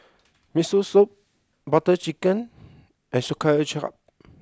Miso Soup Butter Chicken and Sauerkraut